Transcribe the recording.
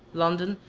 london,